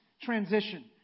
transition